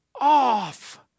off